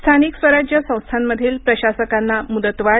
स्थानिक स्वराज्य संस्थांमधील प्रशासकांना मुदतवाढ